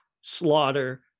slaughter